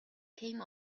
came